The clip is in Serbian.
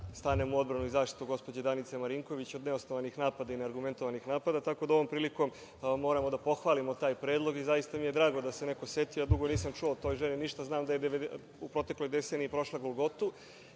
stanemo u odbranu i zaštitu gospođe Danice Marinković od neosnovanih napada i neargumentovanih napada, tako da ovom prilikom moramo da pohvalimo taj predlog i zaista mi je drago da se neko setio, a dugo nisam čuo o toj ženi ništa. Znam da je u protekloj deceniji prošla golgotu.